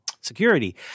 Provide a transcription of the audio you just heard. security